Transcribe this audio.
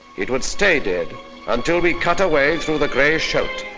it would stay dead until we cut away through the gray scheldt.